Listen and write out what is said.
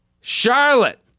Charlotte